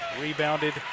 rebounded